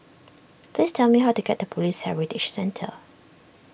please tell me how to get to Police Heritage Centre